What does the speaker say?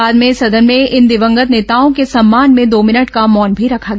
बाद में सदन में इन दिवंगत नेताओं के सम्मान में दो मिनट का मौन भी रखा गया